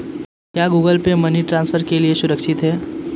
क्या Google Pay money transfer के लिए सुरक्षित है?